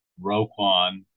Roquan